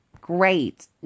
great